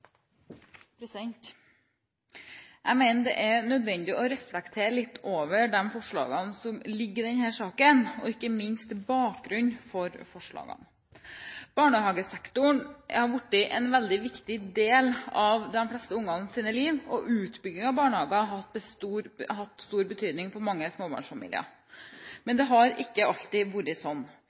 nødvendig å reflektere litt over de forslagene som ligger i denne saken, og ikke minst bakgrunnen for forslagene. Barnehagesektoren er blitt en veldig viktig del av de fleste ungers liv, og utbyggingen av barnehager har hatt stor betydning for mange småbarnsfamilier. Men det har ikke alltid vært sånn,